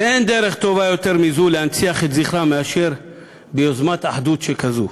אין דרך טובה מזו להנציח את זכרם מאשר ביוזמת אחדות שכזאת.